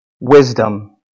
wisdom